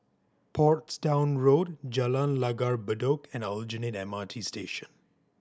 Portsdown Road Jalan Langgar Bedok and Aljunied M R T Station